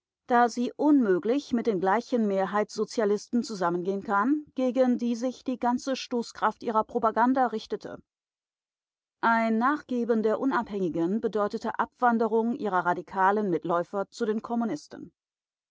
da sie unmöglich mit den gleichen mehrheitssozialisten zusammengehen kann gegen die sich die ganze stoßkraft ihrer propaganda richtete ein nachgeben der unabhängigen bedeutete abwanderung ihrer radikalen mitläufer zu den kommunisten